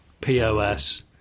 pos